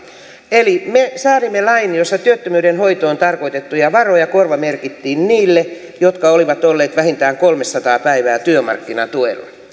eli me säädimme lain jossa työttömyyden hoitoon tarkoitettuja varoja korvamerkittiin niille jotka olivat olleet vähintään kolmesataa päivää työmarkkinatuella